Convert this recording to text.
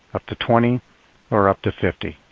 up to twenty or up to fifty?